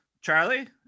Charlie